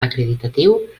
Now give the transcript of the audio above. acreditatiu